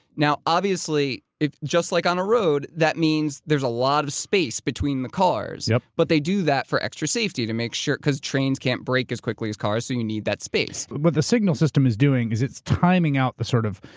now obviously, just like on a road, that means there's a lot of space between the cars. yep. but they do that for extra safety to make sure because trains can't brake as quickly as cars so you need that space. but what the signal system is doing is it's timing out the sort of.